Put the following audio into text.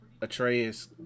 Atreus